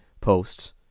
posts